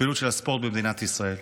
בפעילות של הספורט במדינת ישראל.